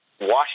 Washington